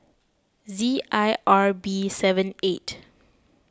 Z I R B seven eight